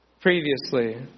previously